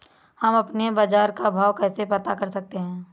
हम अपने बाजार का भाव कैसे पता कर सकते है?